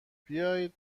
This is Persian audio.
بیاید